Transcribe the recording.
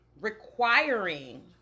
requiring